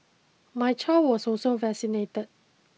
my child was also vaccinated